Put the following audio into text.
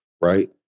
right